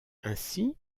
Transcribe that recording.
ainsi